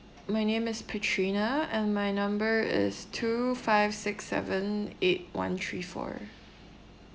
my name is petrina and my number is two five six seven eight one three four